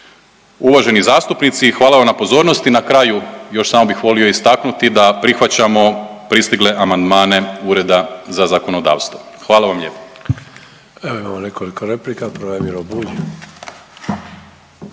Uvaženi zastupnici, hvala vam na pozornosti na kraju još samo bih volio istaknuti da prihvaćamo pristigle amandmane ureda za zakonodavstvo. Hvala vam lijepo.